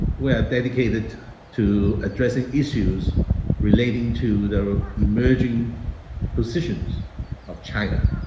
we are dedicated to addressing issues relating to the emerging positions of china.